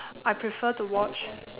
I prefer to watch